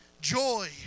Joy